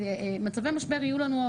מצבי משבר עוד יהיו לנו.